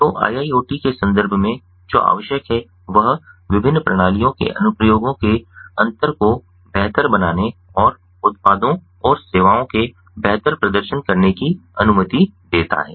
तो IIoT के संदर्भ में जो आवश्यक है वह विभिन्न प्रणालियों के अनुप्रयोगों के अंतर को बेहतर बनाने और उत्पादों और सेवाओं के बेहतर प्रदर्शन करने की अनुमति देता है